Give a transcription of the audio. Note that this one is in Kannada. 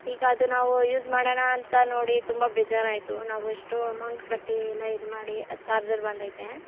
ಈಗ ಅದು ನಾವು ಯೂಸ್ ಮಾಡೋಣಾ ಅಂತ ನೋಡಿ ತುಂಬ ಬೇಜಾರಾಯ್ತು ನಾವು ಇಷ್ಟು ಅಮೌಂಟ್ ಕಟ್ಟಿ ಎಲ್ಲ ಇದು ಮಾಡಿ ಆ ಚಾರ್ಜರ್ ಬಂದೈತೆ